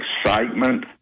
excitement